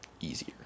easier